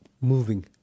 moving